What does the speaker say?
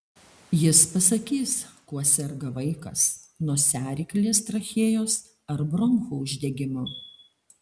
jis pasakys kuo serga vaikas nosiaryklės trachėjos ar bronchų uždegimu